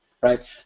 right